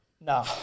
No